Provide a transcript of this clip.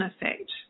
effect